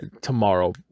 tomorrow